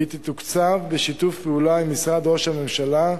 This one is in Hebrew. היא תתוקצב בשיתוף פעולה עם משרד ראש הממשלה,